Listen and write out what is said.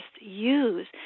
use